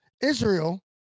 Israel